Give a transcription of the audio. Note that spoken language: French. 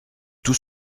tout